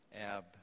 ab